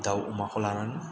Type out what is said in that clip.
दाउ अमाखौ लानानै